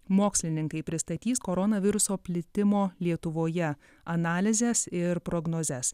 mokslininkai pristatys koronaviruso plitimo lietuvoje analizes ir prognozes